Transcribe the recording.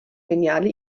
geniale